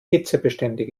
hitzebeständig